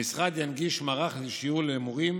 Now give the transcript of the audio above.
המשרד ינגיש מערך שיעורים למורים